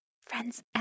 friends